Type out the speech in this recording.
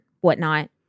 whatnot